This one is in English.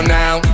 now